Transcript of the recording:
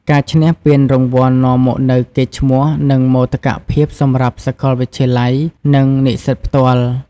ការឈ្នះពានរង្វាន់នាំមកនូវកេរ្តិ៍ឈ្មោះ និងមោទកភាពសម្រាប់សាកលវិទ្យាល័យ និងនិស្សិតផ្ទាល់។